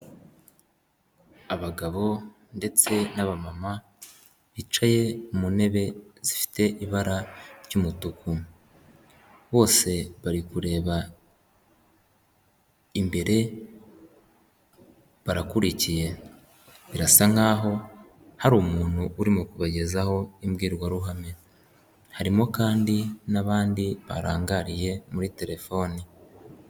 Abagabo ndetse n'aba mama bicaye mu ntebe zifite ibara ry'umutuku, bose bari kureba imbere barakurikiye birasa nk'aho hari umuntu urimo kubagezaho imbwirwaruhame, harimo kandi n'abandi barangariye muri telefone.